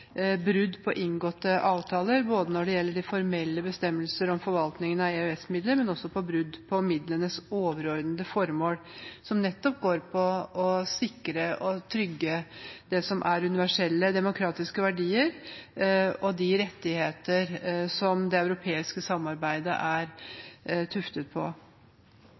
brudd på inngåtte avtaler når det gjelder de formelle bestemmelsene om forvaltningen av EØS-midlene, men også for brudd på bestemmelsene om midlenes overordnede formål, som nettopp går på å sikre og trygge det som er universelle demokratiske verdier, og de rettigheter som det europeiske samarbeidet er tuftet på.